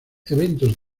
eventos